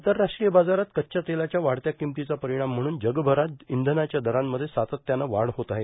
आंतरराष्ट्रीय बाजारात कच्च्या तेलाच्या वाढत्या किमर्तीचा परिणाम म्हणून जगभरात इंधनाच्या दरांमध्ये सातत्यानं वाढ होत आहे